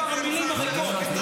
אתה שר המילים הריקות,